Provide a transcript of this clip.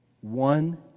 One